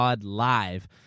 live